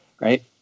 right